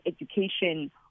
education